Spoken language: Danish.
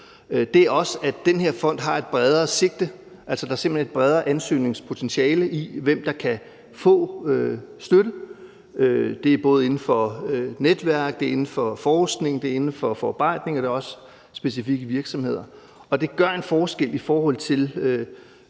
FØL, er også, at den her fond har et bredere sigte, altså der er simpelt hen et bredere ansøgningspotentiale, med hensyn til hvem der kan få støtte. Det er inden for netværk, det er inden for forskning, det er inden for forarbejdning, og det er også specifikke virksomheder. Og det gør en forskel i forhold til